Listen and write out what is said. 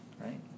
right